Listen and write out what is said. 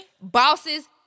Bosses